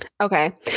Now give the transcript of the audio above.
Okay